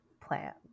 plans